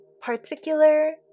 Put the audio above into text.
particular